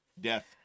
death